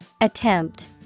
Attempt